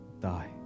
die